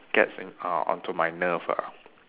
gets in uh onto my nerve ah